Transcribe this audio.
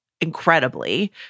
Incredibly